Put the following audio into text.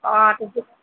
অঁ তেতিয়া